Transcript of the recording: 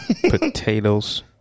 Potatoes